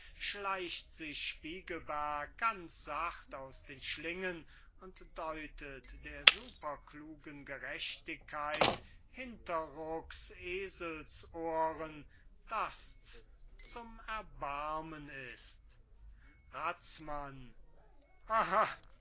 schleicht sich spiegelberg ganz sachte aus den schlingen und deutet der superklugen gerechtigkeit hinterrucks eselsohren daß's zum erbarmen ist razmann